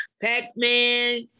Pac-Man